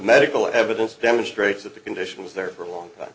medical evidence demonstrates that the condition was there for a long time